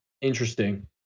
interesting